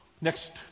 Next